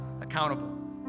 accountable